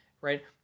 right